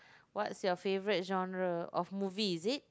what is your favorite genre of movie is it